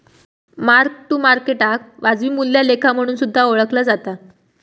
mark to मार्केटाक वाजवी मूल्या लेखा म्हणून सुद्धा ओळखला जाता